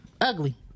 Ugly